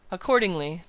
accordingly,